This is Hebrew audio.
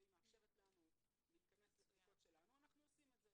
והיא מאפשרת לנו להיכנס לבדיקות שלנו אנחנו עושים את זה.